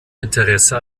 interesse